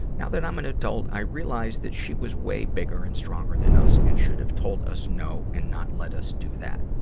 now that i'm an adult, i realize that she was way bigger and stronger than us, and she should have told us no and not let us do that.